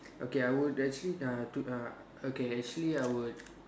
okay I would actually uh to uh okay actually I would